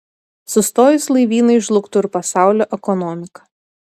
sustojus laivynui žlugtų ir pasaulio ekonomika